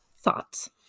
Thoughts